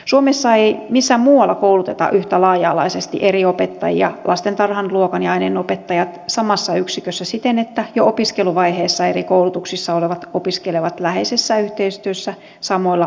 suomessa ei missään muualla kouluteta yhtä laaja alaisesti eri opettajia lastentarhan luokan ja aineenopettajat samassa yksikössä siten että jo opiskeluvaiheessa eri koulutuksissa olevat opiskelevat läheisessä yhteistyössä samoilla opintojaksoilla